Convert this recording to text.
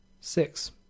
six